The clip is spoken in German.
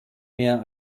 mehr